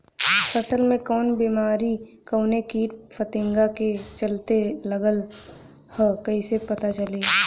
फसल में कवन बेमारी कवने कीट फतिंगा के चलते लगल ह कइसे पता चली?